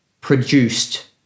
produced